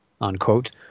unquote